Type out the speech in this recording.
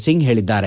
ಸಿಂಗ್ ಹೇಳಿದ್ದಾರೆ